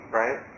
right